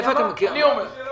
מאיפה אתה מכיר אותנו?